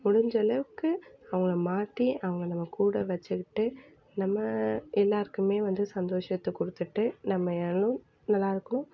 முடிஞ்சளவுக்கு அவங்கள மாற்றி அவங்கள நம்ம கூட வச்சுக்கிட்டு நம்ம எல்லோருக்குமே வந்து சந்தோஷத்தை கொடுத்துட்டு நம்மளும் நல்லாயிருக்குணும்